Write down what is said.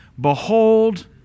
Behold